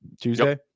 Tuesday